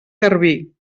garbí